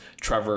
Trevor